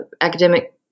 academic